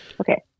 Okay